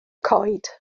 coed